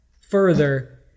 further